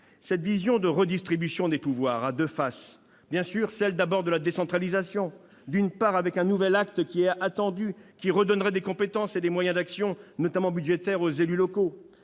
Cette vision de redistribution des pouvoirs a deux faces. La première est celle de la décentralisation, avec un nouvel acte attendu qui redonnerait des compétences et des moyens d'action, notamment budgétaires, aux élus locaux.